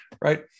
right